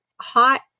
hot